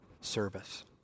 service